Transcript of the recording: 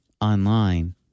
online